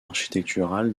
architectural